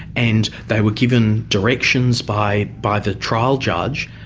and they were given directions by by the trial judge.